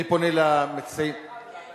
אני פונה למציעים, אפשר משפט אחד?